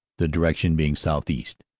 the direction being southeast.